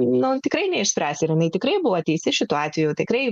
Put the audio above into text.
na tikrai neišspręsi ir jinai tikrai buvo teisi šituo atveju tikrai